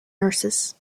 nurses